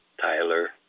Tyler